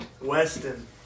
Weston